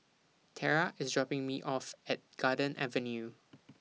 Terra IS dropping Me off At Garden Avenue